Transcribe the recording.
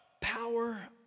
Power